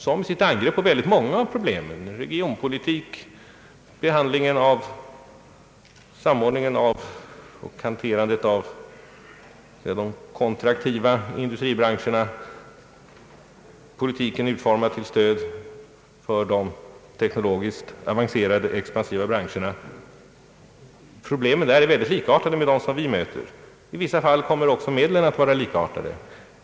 När man där angriper många problem — regionpolitiken, samordningen och hanterandet av de kontraktiva industribranscherna, stödet för de teknologiskt avancerade, expansiva branscherna — är problemen mycket likartade med dem som vi möter. I vissa fall kommer också medlen att vara likartade.